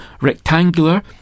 rectangular